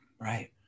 Right